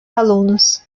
alunos